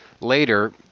later